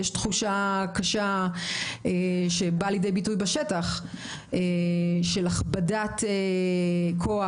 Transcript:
יש תחושה קשה שבאה לידי ביטוי בשטח של הכבדת כוח,